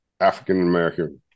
African-American